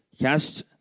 cast